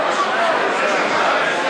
איש?